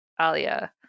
Alia